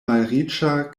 malriĉa